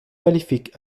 maléfique